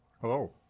Hello